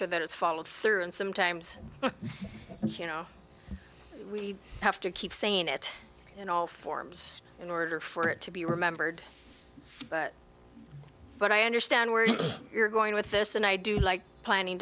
sure that it's followed through and sometimes you know we have to keep saying it in all forms in order for it to be remembered but i understand where you're going with this and i do like planning